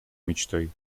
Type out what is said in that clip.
мечтой